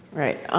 right.